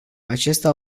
acesta